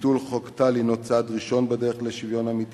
וביטול חוק טל הינו צעד ראשון בדרך לשוויון אמיתי